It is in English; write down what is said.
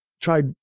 tried